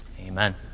Amen